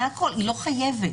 היא לא חייבת.